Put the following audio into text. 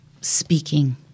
speaking